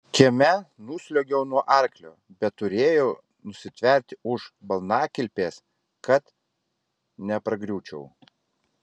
kieme nusliuogiau nuo arklio bet turėjau nusitverti už balnakilpės kad nepargriūčiau